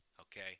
Okay